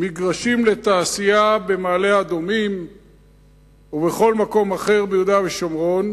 מגרשים לתעשייה במעלה-אדומים ובכל מקום אחר ביהודה ושומרון,